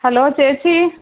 hello ചേച്ചി